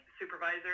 supervisor